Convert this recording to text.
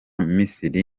misiri